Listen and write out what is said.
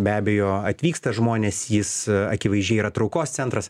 be abejo atvyksta žmonės jis akivaizdžiai yra traukos centras